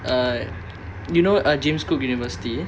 err you know uh james cook university